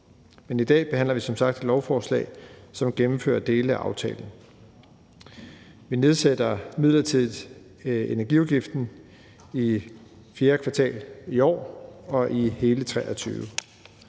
i dag behandler vi som sagt et lovforslag, som gennemfører dele af aftalen. Vi nedsætter midlertidigt elafgiften i fjerde kvartal i år og i hele 2023.